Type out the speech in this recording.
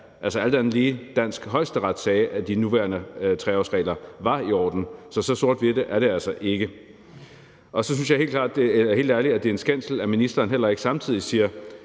Altså, alt andet lige: Den danske Højesteret sagde, at de nuværende 3-årsregler var i orden. Så så sort-hvidt er det altså ikke. Og så synes jeg helt ærligt, det er en skændsel, at ministeren heller ikke samtidig siger,